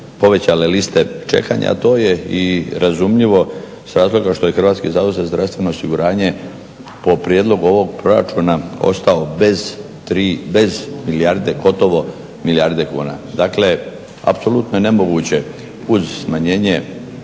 povećanje liste čekanja, ali to je i razumljivo iz razloga što je HZZO po prijedlogu ovog proračuna ostao bez gotovo milijarde kuna. Dakle, apsolutno je nemoguće uz smanjenje